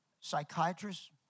psychiatrists